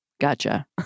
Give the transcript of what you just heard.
Gotcha